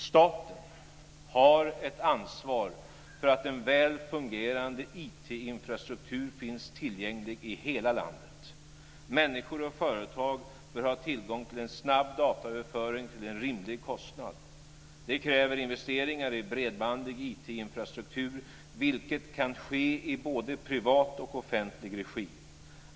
Staten har ett ansvar för att en väl fungerande IT infrastruktur finns tillgänglig i hela landet. Människor och företag bör ha tillgång till snabb dataöverföring till en rimlig kostnad. Det kräver investeringar i bredbandig IT-infrastruktur, vilket kan ske i både privat och offentlig regi.